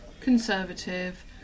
Conservative